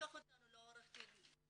ולקח אותנו לעורך דין.